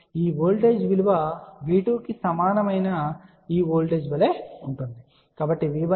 ఈ ఓల్టేజ్ విలువ V2 కు సమానమైన ఈ వోల్టేజ్ వలె ఉంటుంది